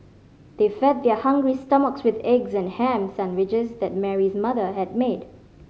they fed their hungry stomachs with eggs and ham sandwiches that Mary's mother had made